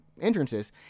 entrances